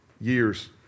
years